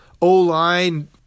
O-line